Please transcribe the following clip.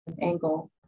angle